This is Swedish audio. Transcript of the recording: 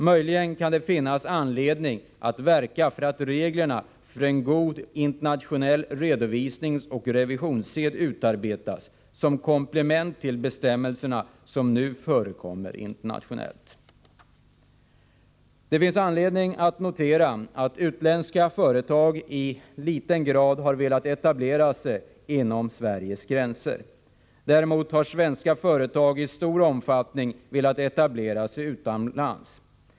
Möjligen kan det finnas anledning att verka för att regler för en god internationell redovis ningsoch revisionssed utarbetas som komplement till bestämmelserna som nu förekommer internationellt. Det finns anledning att notera att utländska företag i liten utsträckning har velat etablera sig inom Sveriges gränser. Däremot har svenska företag i stor omfattning velat etablera sig utomlands.